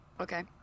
Okay